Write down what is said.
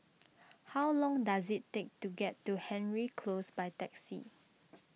how long does it take to get to Hendry Close by taxi